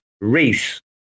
Reese